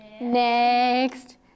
next